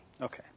Okay